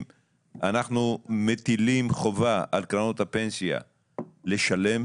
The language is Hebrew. אנחנו מטילים חובה על קרנות הפנסיה לשלם?